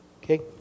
Okay